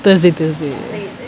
there's the there's the